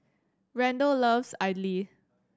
Randall loves idly